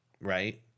right